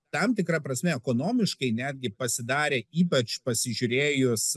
tam tikra prasme ekonomiškai netgi pasidarė ypač pasižiūrėjus